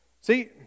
See